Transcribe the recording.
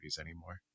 anymore